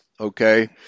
Okay